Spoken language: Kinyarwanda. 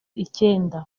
icyenda